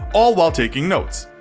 all while taking notes.